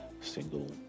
single